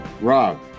Rob